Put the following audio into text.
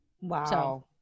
wow